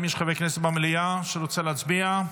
האם יש חבר כנסת במליאה שרוצה להצביע?